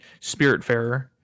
Spiritfarer